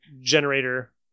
generator